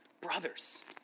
brothers